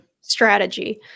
strategy